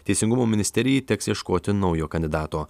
teisingumo ministerijai teks ieškoti naujo kandidato